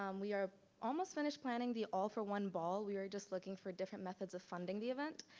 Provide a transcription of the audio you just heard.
um we are almost finished planning the all for one ball we are just looking for different methods of funding the event.